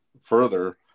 further